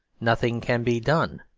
nothing can be done.